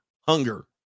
hunger